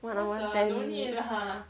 one hour and ten minutes